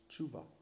Tshuva